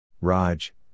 Raj